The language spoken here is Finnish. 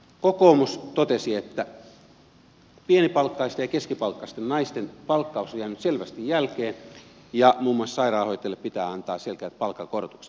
kokoomus totesi että pienipalkkaisten ja keskipalkkaisten naisten palkkaus on jäänyt selvästi jälkeen ja muun muassa sairaanhoitajille pitää antaa selkeät palkankorotukset